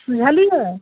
बुझलियै